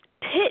Pit